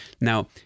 Now